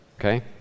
okay